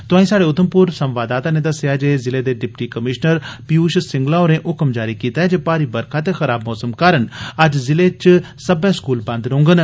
तोआईं स्हाड़े उघमपुर संवाददाता नै दस्सेआ ऐ जे जिले दे डिप्टी कमिशनर पीयूष सिंघला होरें हुक्म जारी कीता ऐ जे भारी बरखा ते खराब मौसम कारण अज्ज जिले च सब्बै स्कूल बंद रौह्डन